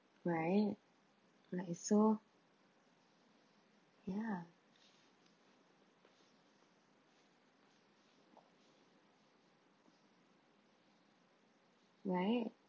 right like so ya right